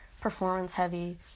performance-heavy